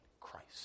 Christ